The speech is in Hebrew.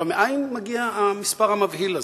מאין מגיע המספר המבהיל הזה?